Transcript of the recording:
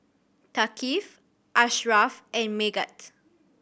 Thaqif Ashraff and Megat